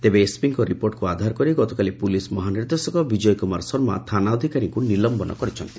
ତେବେ ଏସ୍ପିଙ୍କ ରିପୋର୍ଟକୁ ଆଧାର କରି ଗତକାଲି ପୁଲିସ୍ ମହାନିର୍ଦ୍ଦେଶକ ବିଜୟ କୁମାର ଶର୍ମା ଥାନା ଅଧିକାରୀଙ୍କୁ ନିଲମ୍ୟନ କରିଛନ୍ତି